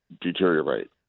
deteriorate